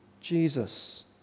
Jesus